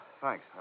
thanks